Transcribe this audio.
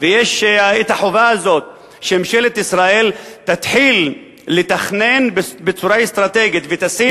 ויש החובה הזאת שממשלת ישראל תתחיל לתכנן בצורה אסטרטגית ותשים